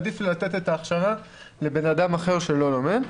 עדיף לי לתת את ההכשרה לבן אדם אחר שלא לומד.